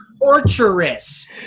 torturous